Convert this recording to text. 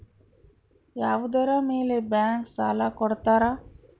ಯಾವುದರ ಮೇಲೆ ಬ್ಯಾಂಕ್ ಸಾಲ ಕೊಡ್ತಾರ?